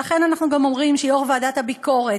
ולכן אנחנו גם אומרים שיו"ר ועדת הביקורת